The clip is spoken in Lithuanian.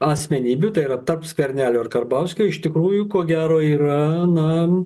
asmenybių tai yra tarp skvernelio ir karbauskio iš tikrųjų ko gero yra na